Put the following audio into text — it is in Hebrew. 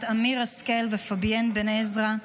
בת עמיר השכל ופביאן בן עזרא,